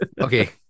Okay